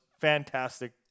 fantastic